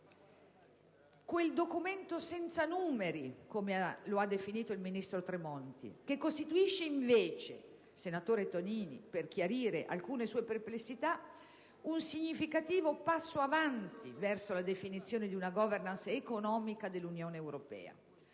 un documento «senza numeri» - come lo ha definito il ministro Tremonti - che costituisce invece, senatore Tonini, per chiarire alcune sue perplessità, un significativo passo avanti verso la definizione di una *governance* economica dell'Unione europea;